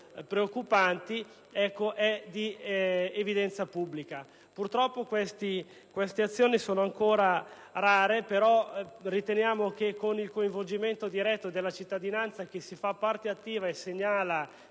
preoccupanti, è ora di evidenza generale. Purtroppo queste azioni sono ancora rare ma riteniamo che con il coinvolgimento diretto della cittadinanza che si fa parte attiva e segnala